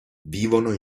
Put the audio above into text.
vivono